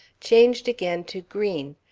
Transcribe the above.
changed again to green,